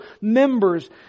members